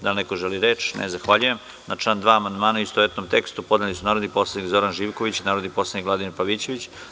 Da li neko želi reč? (Ne) Na član 2. amandmane u istovetnom tekstu podneli su narodni poslanik Zoran Živković, narodni poslanik Vladimir Pavićević.